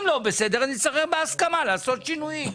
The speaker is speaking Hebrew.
אם לא בסדר, צריך בהסכמה לעשות שינויים.